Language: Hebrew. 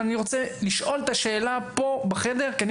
ואני רוצה לשאול את השאלה פה בחדר כי אני